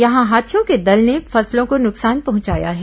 यहां हाथियों के दल ने फसलों को नुकसान पहुंचाया है